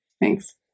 thanks